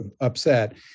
upset